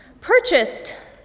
purchased